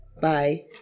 bye